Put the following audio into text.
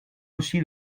aussi